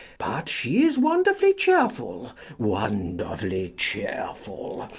but she is wonderfully cheerful, wonderfully cheerful.